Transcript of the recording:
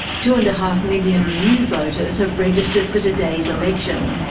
two and a half million new voters have registered for today's election.